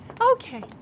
Okay